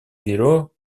бюро